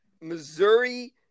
Missouri